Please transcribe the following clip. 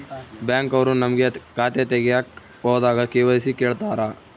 Bank ಅವ್ರು ನಮ್ಗೆ ಖಾತೆ ತಗಿಯಕ್ ಹೋದಾಗ ಕೆ.ವೈ.ಸಿ ಕೇಳ್ತಾರಾ?